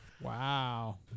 Wow